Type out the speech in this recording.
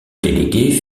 délégués